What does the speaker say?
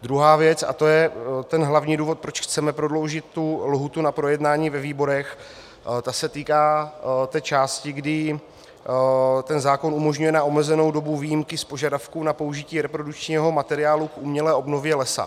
Druhá věc, a to je ten hlavní důvod, proč chceme prodloužit lhůtu na projednání ve výborech, ta se týká části, kdy zákon umožňuje na omezenou dobu výjimky z požadavků na použití reprodukčního materiálu k umělé obnově lesa.